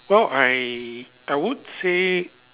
well I I would say